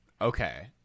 Okay